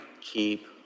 keep